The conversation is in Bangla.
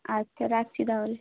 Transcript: আচ্ছা রাখছি তাহলে